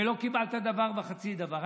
ולא קיבלת דבר וחצי דבר.